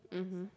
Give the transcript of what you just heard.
mmhmm